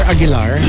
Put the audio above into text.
Aguilar